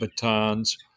batons